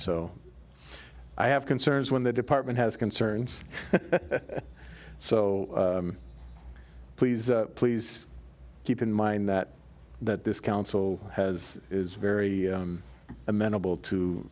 so i have concerns when the department has concerns so please please keep in mind that that this council has is very amenable